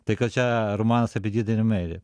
tai kad čia romanas apie didelę meilę